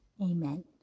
amen